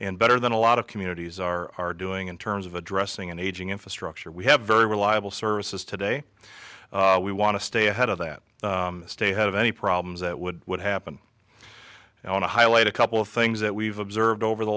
and better than a lot of communities are doing in terms of addressing an aging infrastructure we have very reliable services today we want to stay ahead of that state have any problems that would would happen and i want to highlight a couple of things that we've observed over the